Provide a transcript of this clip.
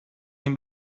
این